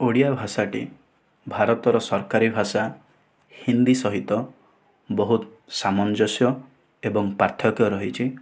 ଓଡ଼ିଆ ଭାଷାଟି ଭାରତର ସରକାରୀ ଭାଷା ହିନ୍ଦୀ ସହିତ ବହୁତ ସାମଞ୍ଜସ୍ୟ ଏବଂ ପାର୍ଥକ୍ୟ ରହିଛି